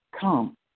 Come